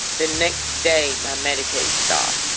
the next day my medicaid stopped.